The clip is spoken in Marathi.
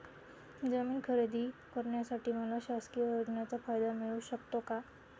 जमीन खरेदी करण्यासाठी मला शासकीय योजनेचा फायदा मिळू शकतो का?